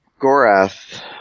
Gorath